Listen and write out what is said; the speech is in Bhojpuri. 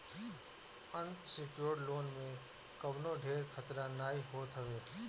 अनसिक्योर्ड लोन में कवनो ढेर खतरा नाइ होत हवे